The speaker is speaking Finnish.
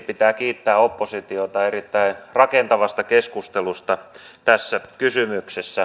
pitää kiittää oppositiota erittäin rakentavasta keskustelusta tässä kysymyksessä